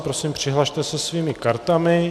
Prosím, přihlaste se svými kartami.